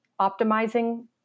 optimizing